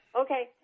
Okay